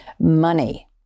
Money